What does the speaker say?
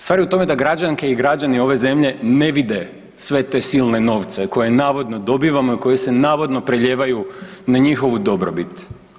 Stvar je u tome da građanke i građani ove zemlje ne vide sve te silne novce koje navodno dobivamo i koje se navodno preljevaju na njihovu dobrobit.